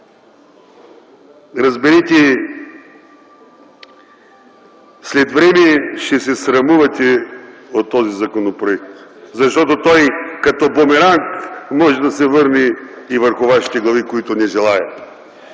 Разберете, след време ще се срамувате от този законопроект, защото той като бумеранг може да се върне и върху вашите глави, които не желаят.